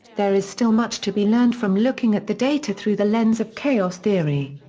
there is still much to be learned from looking at the data through the lens of chaos theory.